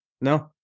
No